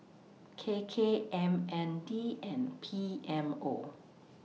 K K M N D and P M O